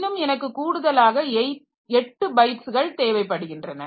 இன்னும் எனக்கு கூடுதலாக 8 பைட்ஸ்கள் தேவைப்படுகின்றன